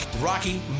rocky